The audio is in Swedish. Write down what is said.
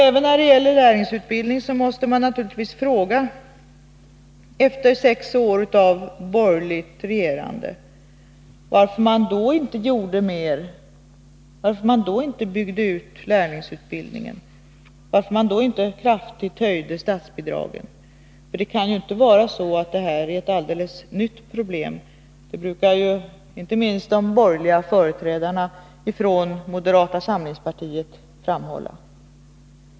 Även när det gäller lärlingsutbildning måste man naturligtvis, efter sex år av borgerligt regerande, fråga varför de borgerliga då inte byggde ut lärlingsutbildningen och kraftigt höjde statsbidragen. Det kan ju inte vara så att det här är ett alldeles nytt problem — det brukar inte minst företrädarna för moderata samlingspartiet framhålla.